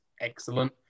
excellent